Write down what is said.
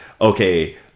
okay